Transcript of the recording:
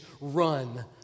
run